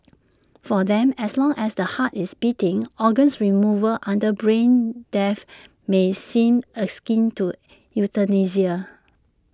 for them as long as the heart is beating organs removal under brain death may seem A skin to euthanasia